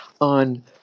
on